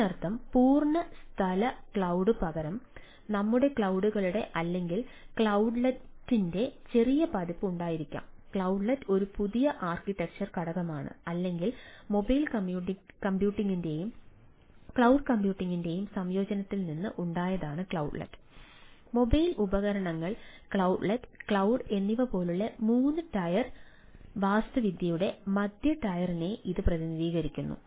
അതിനർത്ഥം പൂർണ്ണ സ്ഥല ക്ലൌഡ്നുപകരം നമുക്ക് ക്ലൌഡുകളുടെ അല്ലെങ്കിൽ ക്ലൌഡ്ലെറ്റിന്റെ സംയോജനത്തിൽ നിന്ന് ഉണ്ടാകുന്നു